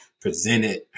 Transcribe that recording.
presented